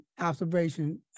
observation